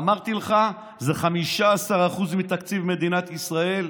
אמרתי לך, זה 15% מתקציב מדינת ישראל.